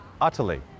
utterly